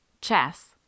Chess